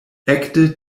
ekde